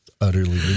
Utterly